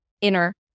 inner